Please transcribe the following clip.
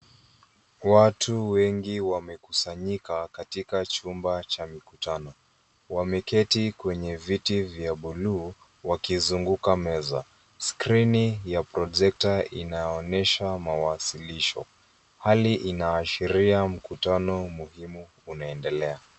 Watu wengi wamekusanyika katika chumba cha mikutano. Wameketi kwenye viti vya blue , wakizunguka meza. Skirini ya projekta inaonesha mawasilisho. Hali inaashiria mkutano muhimu unaoendelea.